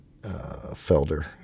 Felder